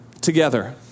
together